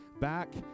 back